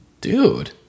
Dude